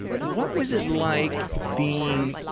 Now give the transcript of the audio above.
what was it like being,